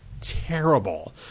terrible